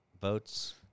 votes